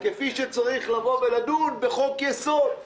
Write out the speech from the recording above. כפי שצריך לבוא ולדון בחוק יסוד,